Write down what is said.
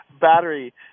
battery